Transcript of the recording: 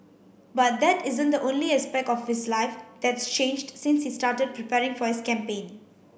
but that isn't the only aspect of his life that's changed since he started preparing for his campaign